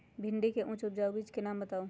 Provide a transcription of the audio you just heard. भिंडी के उच्च उपजाऊ बीज के नाम बताऊ?